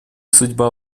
судьба